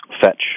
fetch